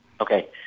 Okay